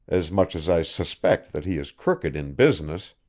as much as i suspect that he is crooked in business,